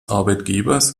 arbeitgebers